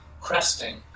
cresting